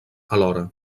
alhora